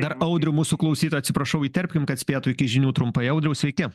dar audrių mūsų klausytoją atsiprašau įterpkim kad spėtų iki žinių trumpai audriau sveiki